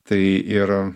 tai ir